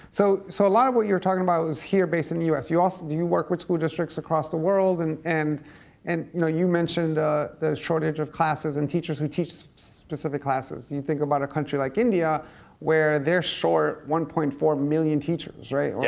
so so a lot of what you're talking about is here, based in the us. do you work with school districts across the world? and and and you know you mentioned the shortage of classes and teachers who teach specific classes. you think about a country like india where they are short one point four million teachers, right? yeah